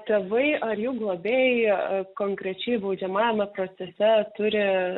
tėvai ar jų globėjai konkrečiai baudžiamajame procese turi